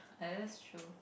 !aiya! that's true